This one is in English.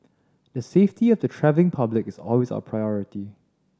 the safety of the travelling public is always our priority